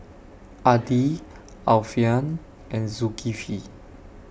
Adi Alfian and Zulkifli